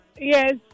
yes